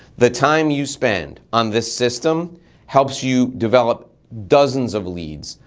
the time you spend on this system helps you develop dozens of leads,